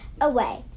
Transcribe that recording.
away